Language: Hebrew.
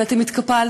אבל אתם התקפלתם.